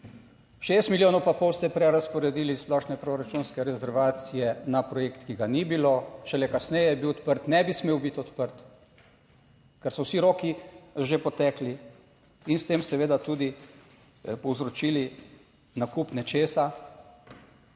6 milijonov pa pol ste prerazporedili splošne proračunske rezervacije na projekt, ki ga ni bilo, šele kasneje je bil odprt, ne bi smel biti odprt, ker so vsi roki že potekli in s tem seveda tudi povzročili, nakup nečesa